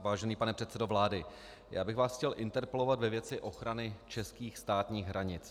Vážený pane předsedo vlády, já bych vás chtěl interpelovat ve věci ochrany českých státních hranic.